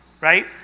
right